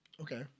Okay